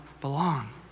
belong